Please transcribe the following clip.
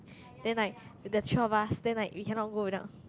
then like the three of us then like we cannot go without